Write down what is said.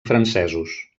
francesos